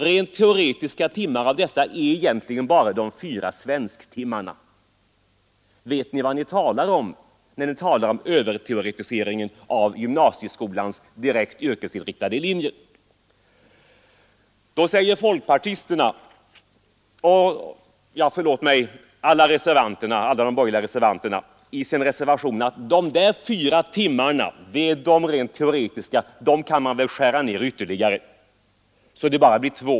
Rent teoretiska timmar är egentligen de fyra svensktimmarna. Vet ni vad ni talar om, när ni talar om överteoretiseringen av gymnasieskolans direkt yrkesinriktade linjer? Nu säger alla de borgerliga reservanterna att de där fyra rent teoretiska timmarna kan man väl skära ner ytterligare, så att det bara blir två.